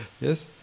yes